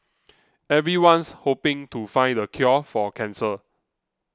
everyone's hoping to find the cure for cancer